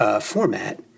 format